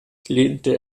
lehnte